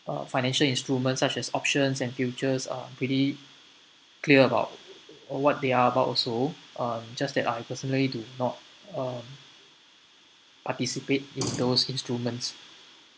uh financial instruments such as options and futures um pretty clear about or what they are about also um just that I personally do not um participate in those instruments